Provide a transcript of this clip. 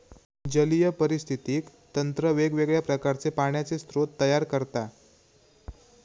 जलीय पारिस्थितिकी तंत्र वेगवेगळ्या प्रकारचे पाण्याचे स्रोत तयार करता